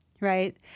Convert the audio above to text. right